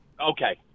Okay